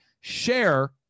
share